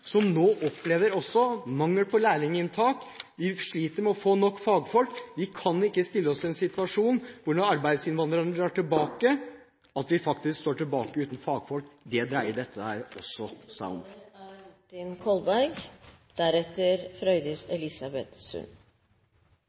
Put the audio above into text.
som nå opplever mangel på lærlinginntak, og som sliter med å få nok fagfolk. Vi kan ikke stille oss i den situasjonen at når arbeidsinnvandrerne drar, står vi tilbake uten fagfolk. Det dreier dette seg også